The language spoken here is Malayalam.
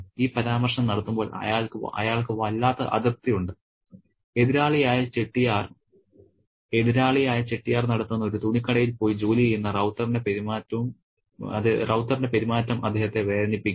ഈ പരാമർശം നടത്തുമ്പോൾ അയാൾക്ക് വല്ലാത്ത അതൃപ്തിയുണ്ട് എതിരാളിയായ ചെട്ടിയാർ നടത്തുന്ന ഒരു തുണിക്കടയിൽ പോയി ജോലി ചെയ്യുന്ന റൌത്തറിന്റെ പെരുമാറ്റം അദ്ദേഹത്തെ വേദനിപ്പിക്കുന്നു